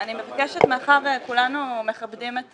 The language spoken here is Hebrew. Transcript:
אני מבקשת מאחר וכולנו מכבדים את